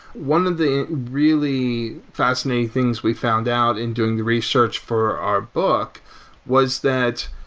one of the really fascinating things we found out in doing the research for our book was that